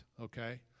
okay